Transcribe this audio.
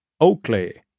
Oakley